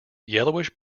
yellowish